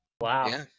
Wow